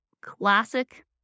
classic